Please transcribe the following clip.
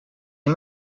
amb